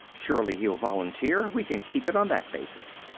surely he'll volunteer we can keep it on that basis.